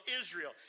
Israel